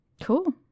Cool